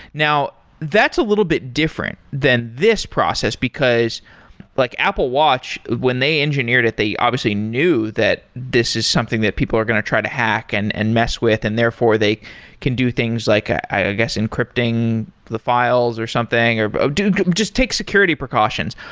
now that's a little bit different than this process, because like apple watch, when they engineered it, they obviously knew that this is something that people are going to try to hack and and mess with. and therefore, they can do things like, i guess encrypting the files or something. but just take security precautions.